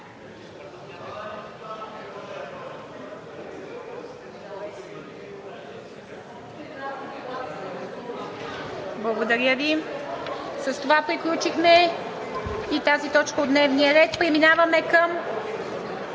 не е прието. С това приключваме и тази точка от дневния ред. Преминаваме към